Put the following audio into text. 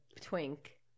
twink